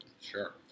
Sure